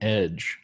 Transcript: edge